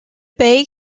bay